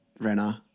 Renner